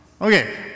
Okay